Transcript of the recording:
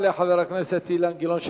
תודה לחבר הכנסת אילן גילאון,